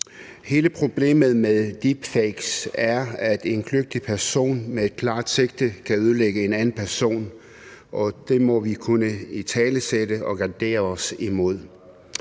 Hele problemet med deep fakes er, at en kløgtig person med et klart sigte kan ødelægge en anden person, og det må vi kunne italesætte og gardere os imod.